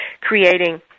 creating